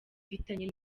mfitanye